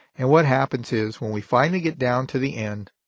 and what happens is when we finally get down to the end,